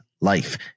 life